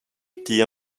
deer